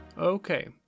Okay